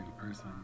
person